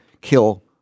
kill